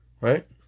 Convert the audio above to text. Right